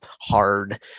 hard